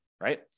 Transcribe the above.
right